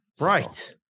Right